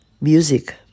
music